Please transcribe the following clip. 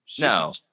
No